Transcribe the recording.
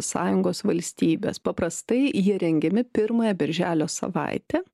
sąjungos valstybės paprastai jie rengiami pirmąją birželio savaitę